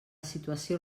situació